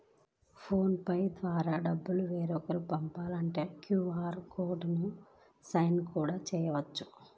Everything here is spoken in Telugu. ఫోన్ పే ద్వారా డబ్బులు వేరొకరికి పంపాలంటే క్యూ.ఆర్ కోడ్ ని స్కాన్ కూడా చేయవచ్చు